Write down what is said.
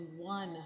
one